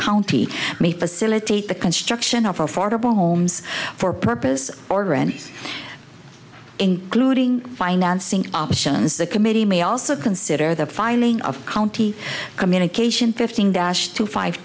county may facilitate the construction of affordable homes for purposes or grants including financing options the committee may also consider the filing of county communication fifteen dash two five